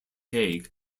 hague